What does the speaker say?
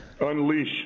Unleash